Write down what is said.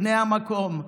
בני המקום,